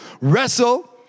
wrestle